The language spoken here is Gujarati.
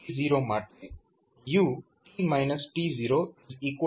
તો આ કિસ્સામાં આપણે શું કહી શકીએ